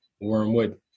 wormwood